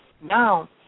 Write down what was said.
now